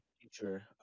future